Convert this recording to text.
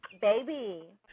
Baby